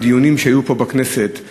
בדיונים שהיו פה בכנסת,